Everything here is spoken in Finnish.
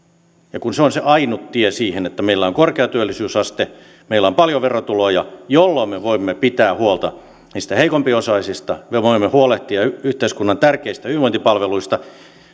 ja se on se ainut tie siihen että meillä on korkea työllisyysaste meillä on paljon verotuloja jolloin me voimme pitää huolta niistä heikompiosaisista me voimme huolehtia yhteiskunnan tärkeistä hyvinvointipalveluista